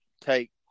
take